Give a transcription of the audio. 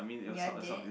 you'll did